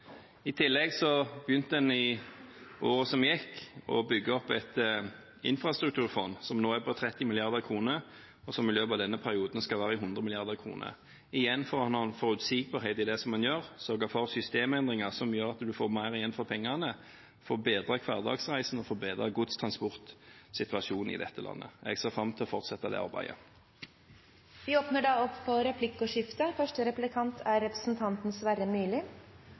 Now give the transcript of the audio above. I tillegg begynte en i året som gikk, å bygge opp et infrastrukturfond som nå er på 30 mrd. kr, og som i løpet av denne perioden skal være på 100 mrd. kr. Det handler igjen om å ha forutsigbarhet i det en gjør og sørge for systemendringer som gjør at en får mer igjen for pengene, og at en får bedret hverdagsreisen og godstransportsituasjonen i dette landet. Jeg ser fram til å fortsette det arbeidet. Det blir replikkordskifte.